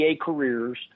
careers